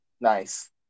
Nice